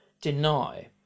deny